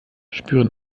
spüren